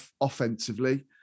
offensively